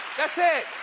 that's it.